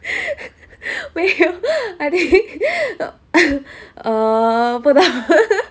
没有 I think err 不懂